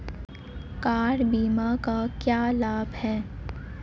Car बीमा का क्या लाभ है?